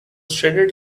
shredded